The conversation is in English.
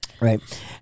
Right